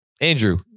Andrew